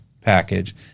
package